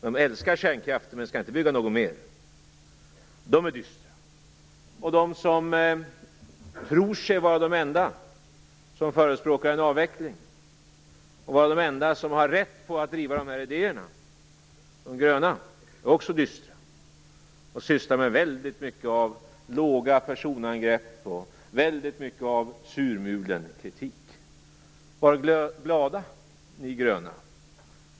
De älskar kärnkraften, men den skall inte byggas ut mer. De som tror sig vara de enda som förespråkar en avveckling och enda som har rätt att driva dessa idéer, de gröna, är också dystra och sysslar med väldigt mycket av låga personangrepp och surmulen kritik. Var glada, ni gröna!